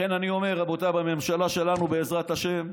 לכן אני אומר, רבותיי, בממשלה שלנו, בעזרת השם,